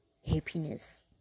happiness